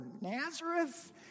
Nazareth